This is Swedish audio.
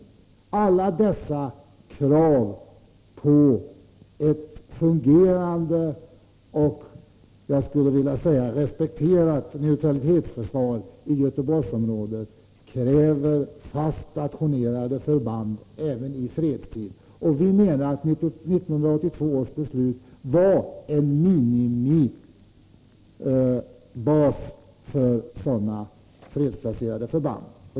Ett fungerande och respekterat neutralitetsförsvar i Göteborgsområdet kräver fast stationerade förband även i fredstid. Vi menar att 1982 års försvarsbeslut innebar en minimiram för sådana fredsbaserade förband.